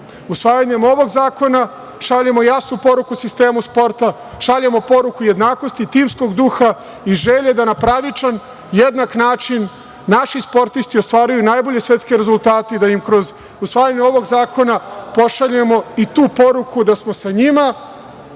pripada. Usvajanjem ovog zakona šaljemo jasnu poruku sistemu sporta, šaljemo poruku jednakosti, timskog duha i želje da na pravičan, jednak način naši sportisti ostvaruju najbolje svetske rezultate i da im kroz usvajanje ovog zakona pošaljemo i tu poruku da smo sa njima,